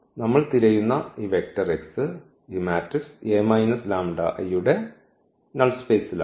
നമ്മൾ തിരയുന്ന ഈ വെക്റ്റർ x ഈ മാട്രിക്സ് യുടെ നൾ സ്പേസിലാണ്